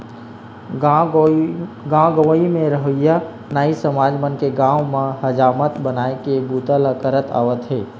गाँव गंवई म रहवइया नाई समाज मन के गाँव म हजामत बनाए के बूता ल करत आवत हे